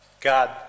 God